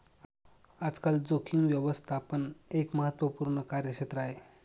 आजकाल जोखीम व्यवस्थापन एक महत्त्वपूर्ण कार्यक्षेत्र आहे